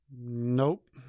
Nope